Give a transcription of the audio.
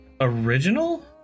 original